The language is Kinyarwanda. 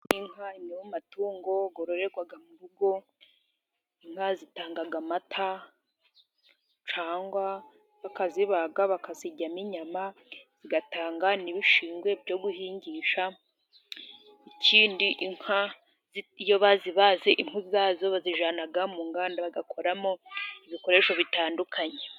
Inka ni imwe mu matungo yororerwa mu rugo. Inka zitanga amata cyangwa bakazibaga bakaziryamo inyama, zigatanga n'ibishingwe byo guhingisha. Ikindi inka iyo bazibaze impu zazo bazijyana mu nganda bagakoramo ibikoresho bitandukanye.